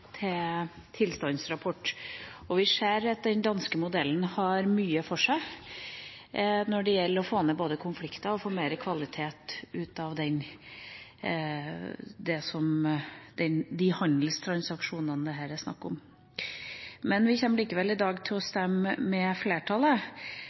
tilstandsrapport, og vi ser at den danske modellen har mye for seg når det gjelder både å få ned konflikter og å få mer kvalitet ut av de handelstransaksjonene som det her er snakk om. Men vi kommer likevel i dag til å stemme med flertallet,